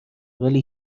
ولی